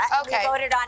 okay